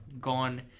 gone